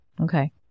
Okay